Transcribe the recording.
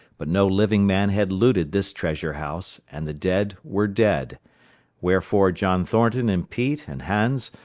but no living man had looted this treasure house, and the dead were dead wherefore john thornton and pete and hans,